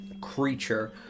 creature